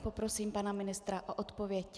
Poprosím pana ministra o odpověď.